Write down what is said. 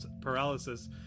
paralysis